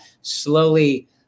slowly